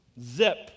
Zip